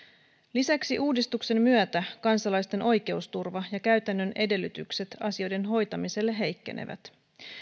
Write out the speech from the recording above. lisäksi uudistuksen myötä kansalaisten oikeusturva ja käytännön edellytykset asioiden hoitamiseen heikkenevät